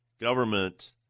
Government